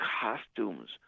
costumes